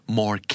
more